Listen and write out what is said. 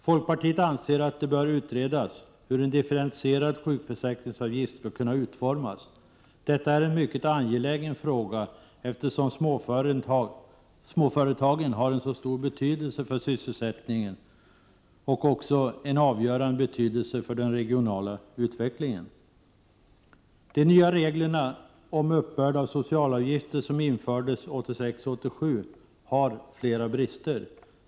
Folkpartiet anser att det bör utredas hur en differentierad sjukförsäkringsavgift skall kunna utformas. Detta är en mycket angelägen fråga, eftersom småföretagen har så stor betydelse för sysselsättningen. De har också en avgörande betydelse för den regionala utvecklingen. De nya reglerna om uppbörd av socialavgifter som infördes 1986/87 har flera brister.